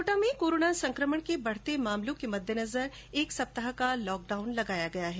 कोटा में कोरोना संक्रमण के बढ़ते मामलों के मद्देनजर एक हफ्ते का लॉकडाउन लगाया गया है